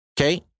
okay